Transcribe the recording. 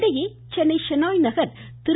இதனிடையே சென்னை ஷெனாய் நகர் திரு